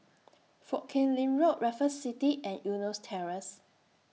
Foo Kim Lin Road Raffles City and Eunos Terrace